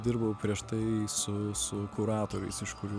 dirbau prieš tai su su kuratoriais iš kurių